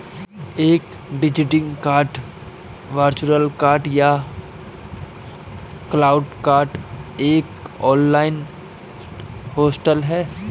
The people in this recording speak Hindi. एक डिजिटल कार्ड वर्चुअल कार्ड या क्लाउड कार्ड एक ऑनलाइन होस्ट है